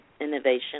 innovation